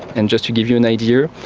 and just to give you an idea,